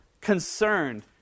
concerned